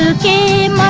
game